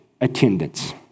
attendance